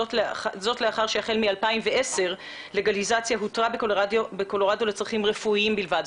זאת לאחר שהחל מ-2010 לגליזציה הותרה בקולורדו לצרכים רפואיים בלבד.